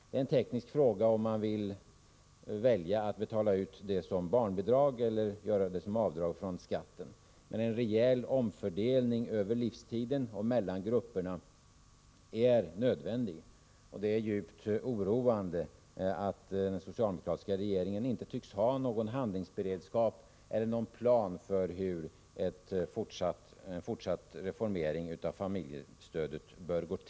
Det är en teknisk fråga om man väljer att betala ut barnbidrag eller om man medger avdrag på skatten. Men en rejäl omfördelning över livstiden och mellan grupperna är nödvändig. Det är djupt oroande att den socialdemokratiska regeringen inte tycks ha någon handlingsberedskap eller någon plan för en fortsatt reformering av familjestödet.